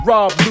Rob